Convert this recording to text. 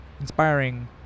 inspiring